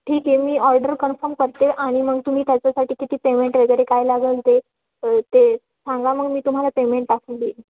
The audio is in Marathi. ठीक आहे मी ऑर्डर कन्फर्म करते आणि मग तुम्ही त्याच्यासाठी किती पेमेंट वगैरे काय लागेल ते ते सांगा मग मी तुम्हाला पेमेंट टाकून देईन